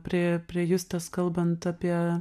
prie prie justės kalbant apie